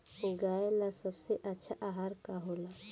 गाय ला सबसे अच्छा आहार का होला?